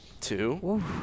Two